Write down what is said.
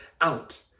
out